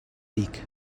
beak